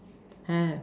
have